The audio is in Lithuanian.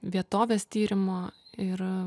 vietovės tyrimo ir